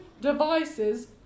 devices